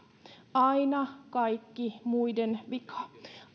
aina kaikki muiden vika